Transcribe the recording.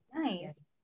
nice